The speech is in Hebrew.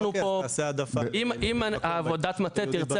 אם עבודת המטה תרצה